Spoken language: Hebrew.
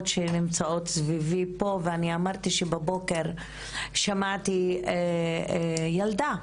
שנמצאות סביבי פה ואני אמרתי שבבוקר שמעתי ילדה,